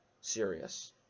serious